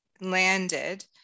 landed